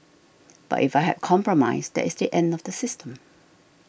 but if I had compromised that is the end of the system